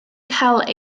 cael